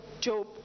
Job